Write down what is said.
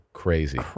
crazy